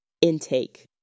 Intake